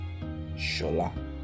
shola